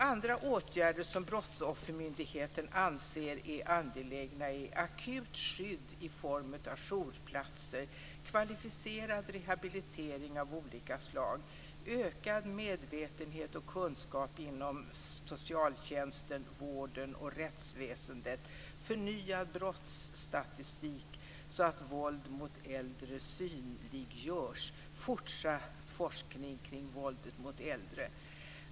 Andra åtgärder som Brottsoffermyndigheten anser vara angelägna är akut skydd i form av jourplatser, kvalificerad rehabilitering av olika slag, ökad medvetenhet och kunskap inom socialtjänsten, vården och rättsväsendet, förnyad brottsstatistik så att våld mot äldre synliggörs. Dessutom gäller det fortsatt forskning kring våldet mot äldre.